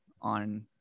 on